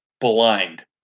blind